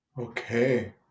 Okay